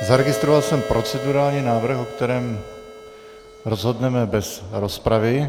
Zaregistroval jsem procedurální návrh, o kterém rozhodneme bez rozpravy.